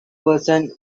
person